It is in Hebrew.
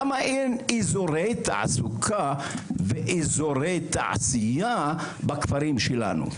למה אין אזורי תעסוקה ואזורי תעשייה בכפרים שלנו?